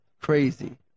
crazy